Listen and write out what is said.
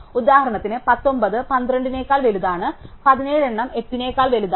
ഉദാഹരണത്തിന് 19 പന്ത്രണ്ടിനേക്കാൾ വലുതാണ് 17 എണ്ണം 8 നേക്കാൾ വലുതാണ്